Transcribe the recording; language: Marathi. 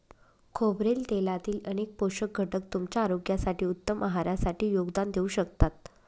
खोबरेल तेलातील अनेक पोषक घटक तुमच्या आरोग्यासाठी, उत्तम आहारासाठी योगदान देऊ शकतात